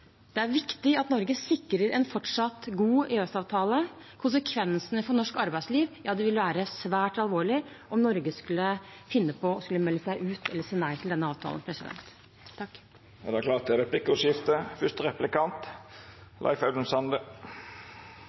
Det er viktig at Norge sikrer en fortsatt god EØS-avtale. Konsekvensene for norsk arbeidsliv ville vært svært alvorlige om Norge skulle finne på å melde seg ut eller si nei til denne avtalen.